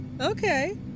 Okay